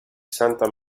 santa